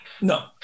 No